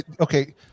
Okay